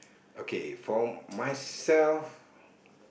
okay for myself